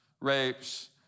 rapes